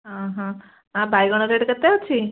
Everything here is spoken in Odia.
ଅଁ ହଁ ଆ ବାଇଗଣ ରେଟ୍ କେତେ ଅଛି